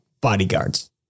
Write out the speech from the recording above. bodyguards